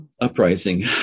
uprising